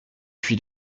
puis